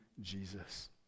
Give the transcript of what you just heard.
Jesus